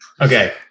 Okay